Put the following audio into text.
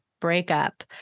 breakup